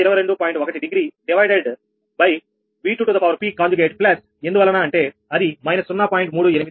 1 degree divided plus ఎందువలన అంటే అది −0